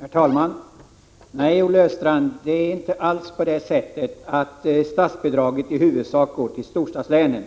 Herr talman! Nej, Olle Östrand, det är inte alls på det sättet att statsbidraget i huvudsak går till storstadslänen.